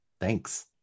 thanks